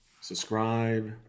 subscribe